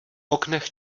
oknech